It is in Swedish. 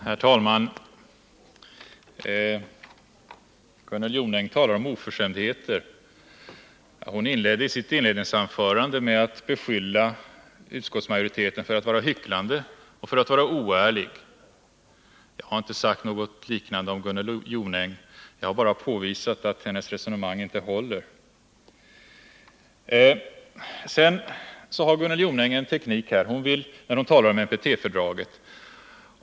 Herr talman! Gunnel Jonäng talar om oförskämdheter. Hon använde sitt första anförande till att beskylla utskottsmajoriteten för att vara hycklande och oärlig. Jag har inte sagt något liknande om Gunnel Jonäng, jag har bara påvisat att hennes resonemang inte håller. Gunnel Jonäng har en speciell teknik när hon talar om NPT-fördraget.